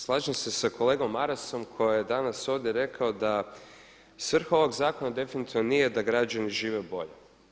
Slažem se sa kolegom Marasom koji je danas ovdje rekao da svrha ovog zakona nije definitivno da građani žive bolje.